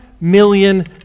million